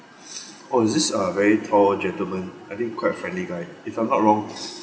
oh is this a very tall gentleman I think quite friendly guy if I'm not wrong